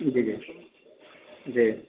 جی جی جی